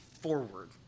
forward